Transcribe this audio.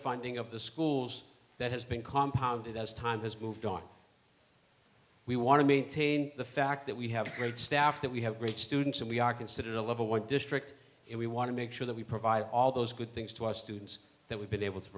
funding of the schools that has been compound as time has moved on we want to maintain the fact that we have heard staff that we have great students and we are considered a level one district and we want to make sure that we provide all those good things to our students that we've been able to